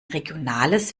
regionales